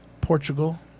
Portugal